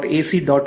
IN pkiitd